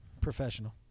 professional